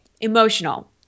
Emotional